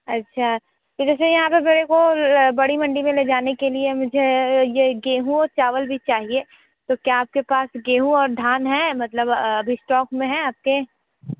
अच्छा फिर जैसे यहाँ पर मेरे को बड़ी मंडी मे ले जाने के लिए मुझे ये गेहूं और चावल भी चाहिए तो क्या आप के पास गेहूं और धान है मतलब अभी स्टॉक में है आप के